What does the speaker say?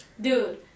Dude